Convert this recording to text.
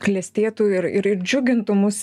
klestėtų ir ir džiugintų mus